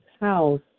house